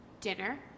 dinner